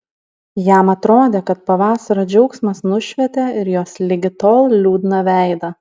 jam atrodė kad pavasario džiaugsmas nušvietė ir jos ligi tol liūdną veidą